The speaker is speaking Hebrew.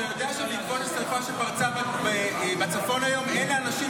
אתה יודע שבעקבות השרפה שפרצה בצפון היום אין לאנשים